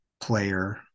player